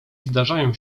zdarzają